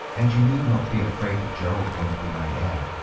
and you need not be afraid that gerald won't be my heir.